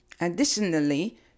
Additionally